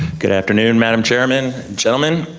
good afternoon madam chairman, gentlemen.